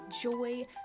joy